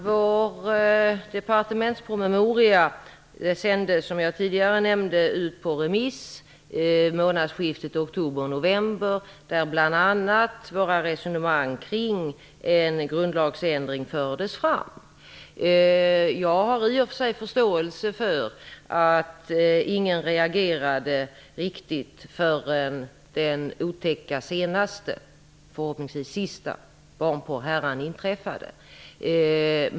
Herr talman! Som jag tidigare nämnde sändes departementspromemorian ut på remiss vid månadsskiftet oktober/november. I den fördes bl.a. våra resonemang kring en grundlagsändring fram. Jag har i och för sig förståelse för att ingen riktigt reagerade förrän den senaste, förhoppningsvis sista, barnporrhärvan inträffade.